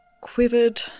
quivered